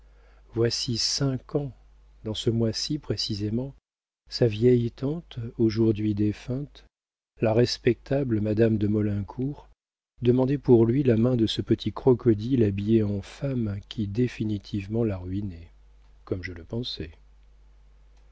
voici cinq ans dans ce mois-ci précisément sa vieille tante aujourd'hui défunte la respectable madame de maulincour demandait pour lui la main de ce petit crocodile habillé en femme qui définitivement l'a ruiné comme je le pensais